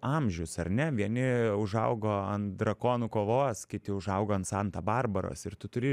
amžius ar ne vieni užaugo ant drakonų kovos kiti užaugo ant santa barbaros ir tu turi